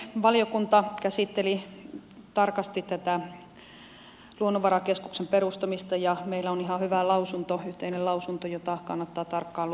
valiokunta käsitteli tarkasti tätä luonnonvarakeskuksen perustamista ja meillä on ihan hyvä lausunto yhteinen lausunto jota kannattaa tarkkaan lukea kun